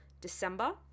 December